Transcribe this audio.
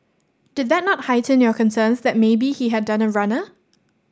did that not heighten your concerns that maybe he had done a runner